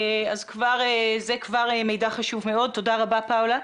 זה כבר מידע חשוב מאוד, תודה רבה פאולה.